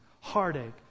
heartache